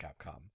Capcom